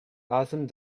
awesome